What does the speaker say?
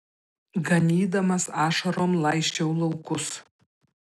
ganydamas ašarom laisčiau laukus